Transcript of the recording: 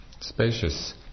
spacious